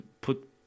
put